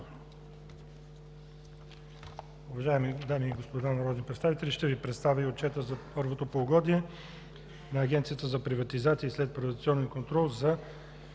Уважаеми дами и господа народни представители, ще Ви представя и Отчета на Агенцията за приватизация и следприватизационен контрол за